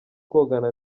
kogana